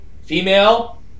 Female